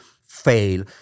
fail